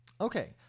Okay